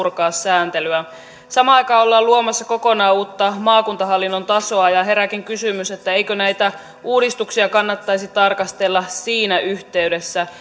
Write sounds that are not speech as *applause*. purkaa sääntelyä samaan aikaan ollaan luomassa kokonaan uutta maakuntahallinnon tasoa ja herääkin kysymys eikö näitä uudistuksia kannattaisi tarkastella siinä yhteydessä *unintelligible*